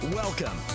welcome